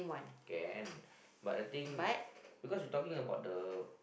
can but I think because you talking about the